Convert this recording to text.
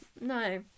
no